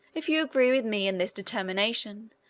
if you agree with me in this determination,